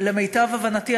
למיטב הבנתי,